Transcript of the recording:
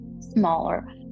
smaller